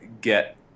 get